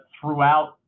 throughout